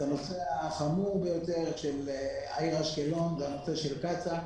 הנושא החמור ביותר של העיר אשקלון והנושא של קצא"א,